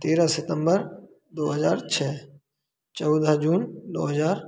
तेरह सितंबर दो हज़ार छः चौदह जून दो हज़ार